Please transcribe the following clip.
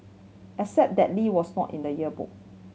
except that Lee was not in the yearbook